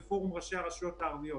בראש ובראשונה זה הרשויות המקומיות.